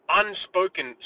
unspoken